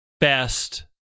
best